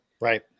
Right